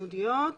יהודיות,